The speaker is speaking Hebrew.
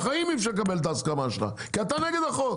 בחיים אי אפשר לקבל את ההסכמה שלכם כי אתה נגד החוק.